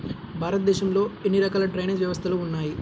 భారతదేశంలో ఎన్ని రకాల డ్రైనేజ్ వ్యవస్థలు ఉన్నాయి?